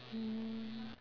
mm